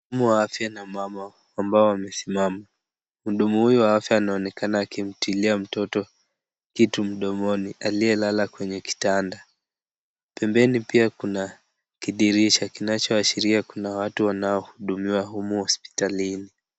Mhudumu wa afya mama ambao wamesimama. Mhudumu huyu wa afya anaonekana akimtilia mtoto kitu mdomoni aliyelala kwenye kitanda. Pembeni pia kuna kidirisha kinachoashiria kuna watu wanaohudumiwa huku hospitalini.